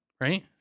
right